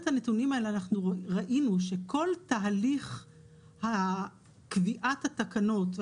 הנתונים האלה אנחנו ראינו שכל תהליך קביעת התקנות,